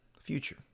future